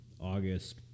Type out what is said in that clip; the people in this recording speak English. August